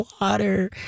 water